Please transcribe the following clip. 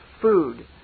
food